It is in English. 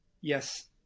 Yes